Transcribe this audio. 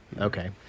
Okay